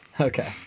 Okay